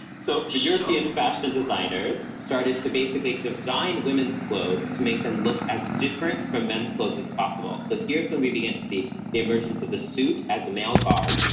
so european fashion designers started to basically design women's clothes to make them look as different from men's clothes as possible. so here's when we began to see the emergence of the suit as the male garb.